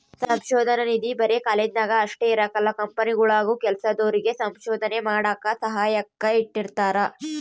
ಸಂಶೋಧನಾ ನಿಧಿ ಬರೆ ಕಾಲೇಜ್ನಾಗ ಅಷ್ಟೇ ಇರಕಲ್ಲ ಕಂಪನಿಗುಳಾಗೂ ಕೆಲ್ಸದೋರಿಗೆ ಸಂಶೋಧನೆ ಮಾಡಾಕ ಸಹಾಯಕ್ಕ ಇಟ್ಟಿರ್ತಾರ